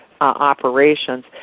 operations